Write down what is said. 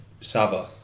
Sava